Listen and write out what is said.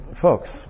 folks